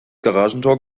garagentor